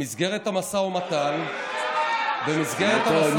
במסגרת המשא ומתן שקר, שקר וכזב.